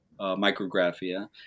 Micrographia